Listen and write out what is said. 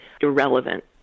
irrelevant